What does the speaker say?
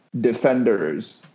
defenders